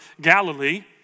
Galilee